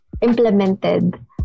implemented